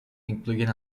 incluyen